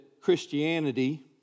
Christianity